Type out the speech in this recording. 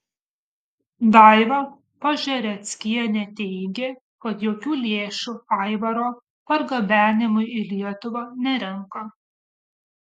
daiva pažereckienė teigė kad jokių lėšų aivaro pargabenimui į lietuvą nerenka